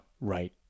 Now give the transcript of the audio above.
right